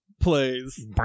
plays